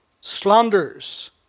slanders